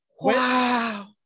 wow